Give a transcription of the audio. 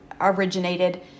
originated